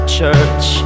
church